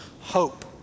hope